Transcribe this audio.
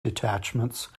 detachments